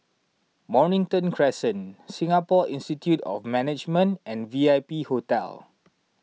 Mornington Crescent Singapore Institute of Management and V I P Hotel